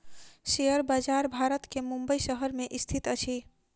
share बजार भारत के मुंबई शहर में स्थित अछि